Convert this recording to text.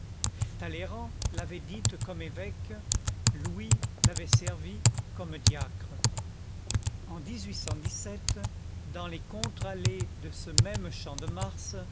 talleyrand l'avait dite comme évêque louis l'avait servie comme diacre en dans les contre-allées de ce même champ de mars